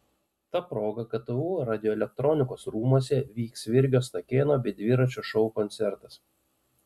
ta proga ktu radioelektronikos rūmuose vyks virgio stakėno bei dviračio šou koncertas